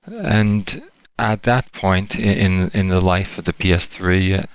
and at that point, in in the life of the p s three,